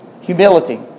Humility